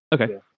Okay